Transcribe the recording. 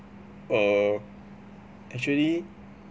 err actually